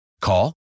Call